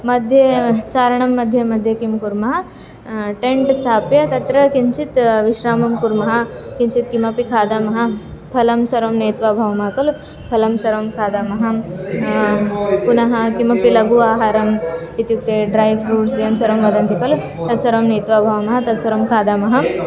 मध्ये चारणं मध्ये मध्ये किं कुर्मः टेण्ट् स्थाप्य तत्र किञ्चित् विश्रामं कुर्मः किञ्चित् किमपि खादामः फलं सर्वं नेत्वा भवामः खलु फलं सर्वं खादामः पुनः किमपि लघु आहारम् इत्युक्ते ड्रै फ़्रुट्स् एवं सर्वं वदन्ति खलु तत् सर्वं नेत्वा भवामः तत् सर्वं खादामः